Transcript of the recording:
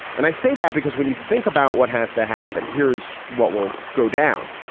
and i say that because when you think about what has to happen, here's what will go down.